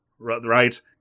Right